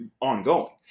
ongoing